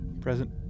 Present